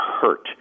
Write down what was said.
hurt